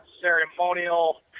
ceremonial